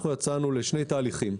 יצאנו לשני תהליכים: